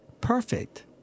perfect